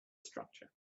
structure